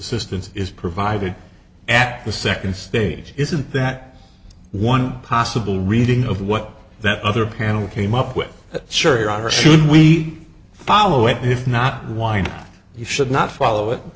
assistance is provided at the second stage isn't that one possible reading of what that other panel came up with that sure your honor should we follow it and if not why not you should not follow it